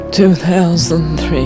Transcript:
2003